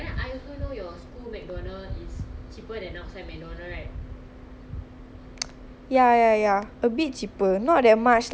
ya ya ya a bit cheaper not that much lah but slightly only so not that much difference actually